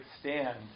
stand